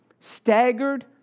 staggered